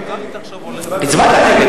אני הצבעתי נגד.